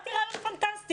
שמעתי רעיון פנטסטי.